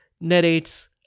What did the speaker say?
narrates